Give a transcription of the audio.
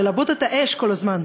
ללבות את האש כל הזמן.